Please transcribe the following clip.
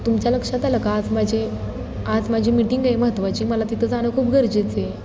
तुमच्या लक्षात आलं का आज माझे आज माझी मीटिंग आहे महत्त्वाची मला तिथं जाणं खूप गरजेचे आहे